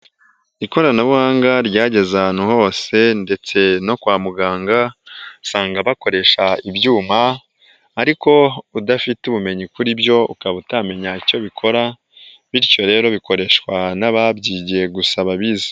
Ikoranabuhanga ryageze ahantu hose ndetse no kwa muganga usanga bakoresha ibyuma ariko udafite ubumenyi kuri byo ukaba utamenya icyo bikora, bityo rero bikoreshwa n'ababyigiye gusaba babizi.